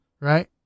right